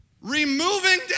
removing